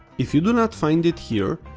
if you do not find it here,